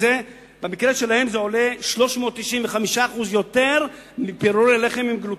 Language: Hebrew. במקרה שלהם זה עולה 395% יותר מפירורי לחם עם גלוטן.